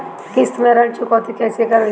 किश्त में ऋण चुकौती कईसे करल जाला?